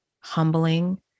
humbling